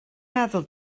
meddwl